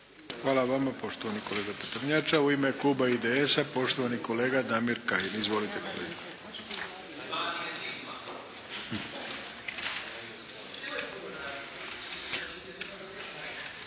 Hvala vama poštovani gospodine Prtenjača. U ime KLuba IDS-a poštovani kolega DAmir Kajin, Izvolite.